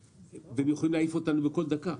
הם יכולים להעיף אותנו בכל דקה.